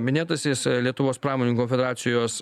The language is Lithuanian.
minėtasis lietuvos pramoninkų konfederacijos